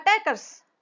attackers